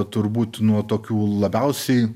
turbūt nuo tokių labiausiai